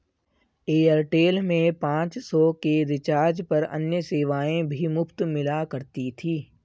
Airtel में पाँच सौ के रिचार्ज पर अन्य सेवाएं भी मुफ़्त मिला करती थी